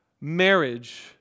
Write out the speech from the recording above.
marriage